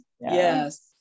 yes